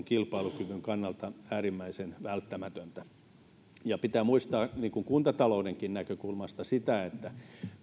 kilpailukyvyn kannalta äärimmäisen välttämätöntä ja pitää muistaa kuntataloudenkin näkökulmasta se että